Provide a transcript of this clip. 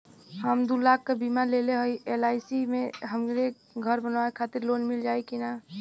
हम दूलाख क बीमा लेले हई एल.आई.सी से हमके घर बनवावे खातिर लोन मिल जाई कि ना?